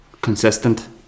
consistent